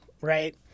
right